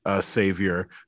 savior